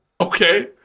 Okay